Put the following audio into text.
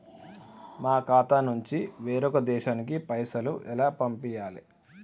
మా ఖాతా నుంచి వేరొక దేశానికి పైసలు ఎలా పంపియ్యాలి?